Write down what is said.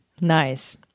Nice